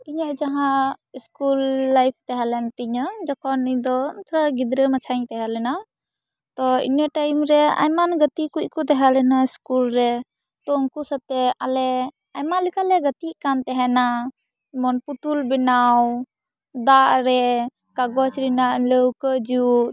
ᱤᱧᱟᱹᱜ ᱡᱟᱦᱟᱸ school life ᱛᱟᱦᱮᱸ ᱞᱮᱱᱛᱤᱧᱟᱹ ᱡᱚᱠᱷᱚᱱ ᱤᱧ ᱫᱚ ᱛᱷᱚᱲᱟ ᱜᱤᱫᱽᱨᱟᱹ ᱢᱟᱪᱷᱟᱧ ᱛᱟᱦᱮᱸ ᱞᱮᱱᱟ ᱛᱚ ᱤᱱᱟᱹ ᱴᱟᱭᱤᱢ ᱨᱮ ᱟᱭᱢᱟᱱ ᱜᱟᱛᱮ ᱠᱩᱡ ᱠᱚ ᱛᱟᱦᱮᱞᱮᱱᱟ ᱥᱠᱩᱞ ᱨᱮ ᱛᱚ ᱩᱱᱠᱩ ᱥᱟᱛᱮᱫ ᱟᱞᱮ ᱟᱭᱢᱟ ᱞᱮᱠᱟᱞᱮ ᱜᱟᱛᱮᱜ ᱠᱟᱱ ᱛᱟᱦᱮᱱᱟ ᱡᱮᱢᱚᱱ ᱯᱩᱛᱩᱱ ᱵᱮᱱᱟᱣ ᱫᱟᱜ ᱨᱮ ᱠᱟᱜᱚᱡᱽ ᱨᱮᱱᱟᱜ ᱞᱟᱹᱣᱠᱟᱹ ᱡᱩᱛ